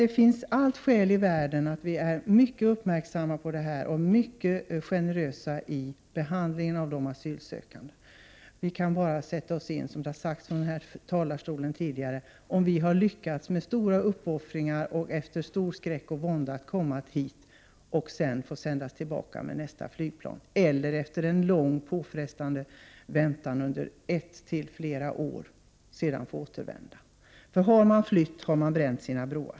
Det finns allt skäl i världen för oss att vara uppmärksamma och mycket generösa i behandlingen av de asylsökande. Vi skall, som tidigare sagts, sätta oss in i deras situation som med stora uppoffringar och efter stor skräck och vånda lyckats komma hit och sedan blir sända tillbaka med nästa flygplan eller efter en lång och påfrestande väntan under ett eller flera år. Har man flytt så har man bränt sina broar.